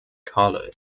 college